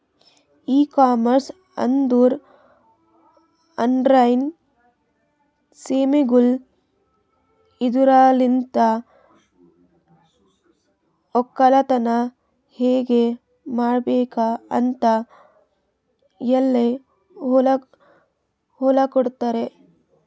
E commerce ಅಂದುರ್ online ಸೇವೆಗೊಳ್ ಇದುರಲಿಂತ್ ಒಕ್ಕಲತನ ಹೇಗ್ ಮಾಡ್ಬೇಕ್ ಅಂತ್ ಎಲ್ಲಾ ಹೇಳಕೊಡ್ತಾರ್